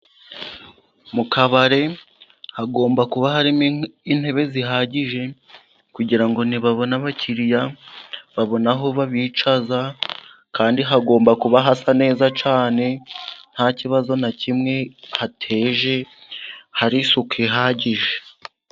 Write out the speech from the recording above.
Mu kabari hagomba kuba harimo intebe zihagije, kugirango nibabona abakiriya babone aho babicaza, kandi hagomba kuba hasa neza cyane ntakibazo na kimwe hateje hari isuku ihagije.